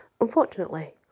Unfortunately